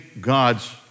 God's